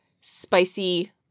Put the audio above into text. spicy